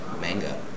manga